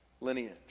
Lineage